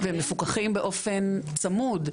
המשפחתונים מפוקחים ומפוקחים באופן צמוד,